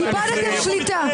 אני עובד הרבה שנים עם הרבה שרים,